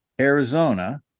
Arizona